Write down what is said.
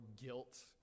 guilt